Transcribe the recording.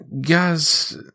Guys